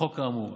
לחוק האמור,